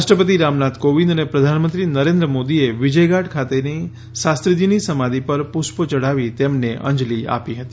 રાષ્ટ્રપતિ રામનાથ કોવિદ અને પ્રધાનમંત્રી નરેન્દ્ર મોદીએ વિજય ધાટ ખાતેની શાસ્ત્રીજીની સમાધિ પર પુષ્પો યઢાવી તેમને અંજલી આપી હતી